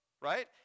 right